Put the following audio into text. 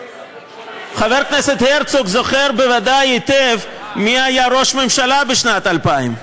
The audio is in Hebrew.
חבר הכנסת הרצוג זוכר בוודאי היטב מי היה ראש הממשלה בשנת 2000,